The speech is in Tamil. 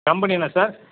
கம்பெனி என்ன சார்